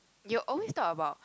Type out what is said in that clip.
you always talk about